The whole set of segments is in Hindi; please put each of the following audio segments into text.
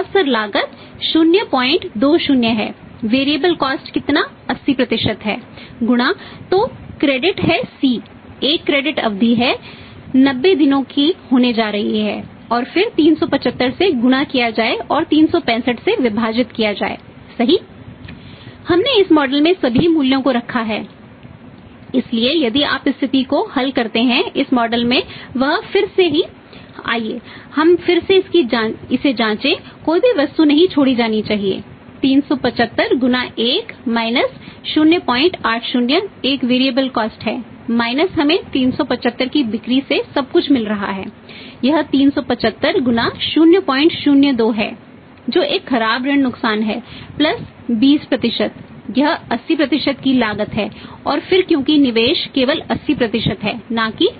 अवसर लागत 020 है वेरिएबल कॉस्ट 20 यह 80 की अवसर लागत है और फिर क्योंकि निवेश केवल 80 है न कि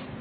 100